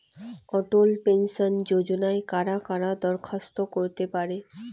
অটল pension যোজনায় কারা কারা দরখাস্ত করতে পারে?